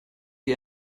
wie